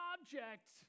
object